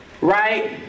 right